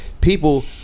people